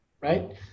Right